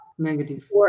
negative